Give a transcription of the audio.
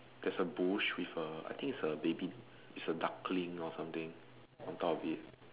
there's a bush with a I think is a baby is a duckling or something on top of it